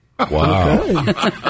Wow